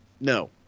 No